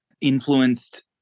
influenced